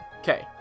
okay